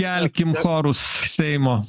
kelkim chorus seimo